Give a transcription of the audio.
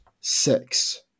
six